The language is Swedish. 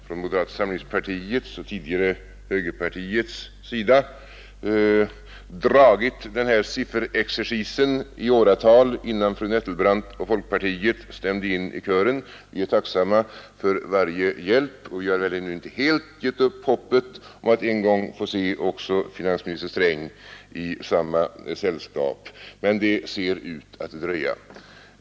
Från moderata samlingspartiets och tidigare högerpartiets håll drev vi denna sifferexercis i åratal innan fru Nettelbrandt och folkpartiet stämde in i kören. Vi är tacksamma för varje hjälp, och vi har inte helt givit upp hoppet om att en gång få se också finansminister Sträng i samma sällskap. Men det verkar att dröja.